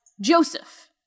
Joseph